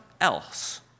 else